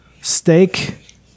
steak